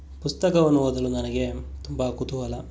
ಪುಸ್ತಕವನ್ನು ಓದಲು ನನಗೆ ತುಂಬ ಕುತೂಹಲ